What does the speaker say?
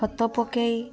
ଖତ ପକାଇ